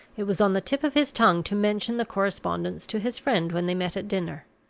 it was on the tip of his tongue to mention the correspondence to his friend when they met at dinner.